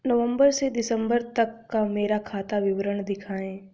नवंबर से दिसंबर तक का मेरा खाता विवरण दिखाएं?